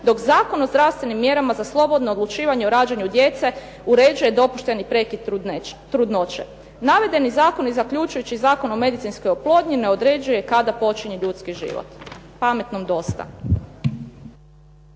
dok Zakon o zdravstvenim mjerama za slobodno odlučivanje o rađanju djece uređuje dopušteni prekid trudnoće. Navedeni zakon i zaključujući Zakon o medicinskoj oplodnji ne određuje kada počinje ljudski život. Pametnom dosta.